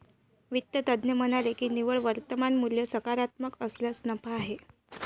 वित्त तज्ज्ञ म्हणाले की निव्वळ वर्तमान मूल्य सकारात्मक असल्यास नफा आहे